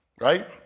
Right